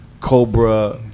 cobra